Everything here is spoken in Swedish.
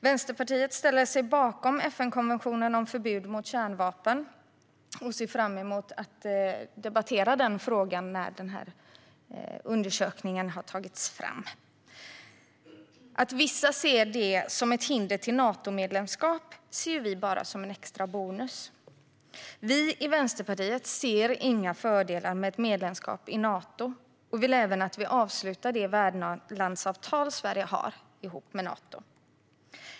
Vänsterpartiet ställer sig bakom FN-konventionen om förbud mot kärnvapen och ser fram emot att debattera denna fråga när undersökningen har tagits fram. Att vissa ser det som ett hinder för Natomedlemskap ser vi bara som en extra bonus. Vi i Vänsterpartiet ser inga fördelar med ett medlemskap i Nato och vill även att vi avslutar det värdlandsavtal som Sverige har med Nato.